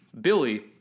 Billy